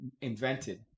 invented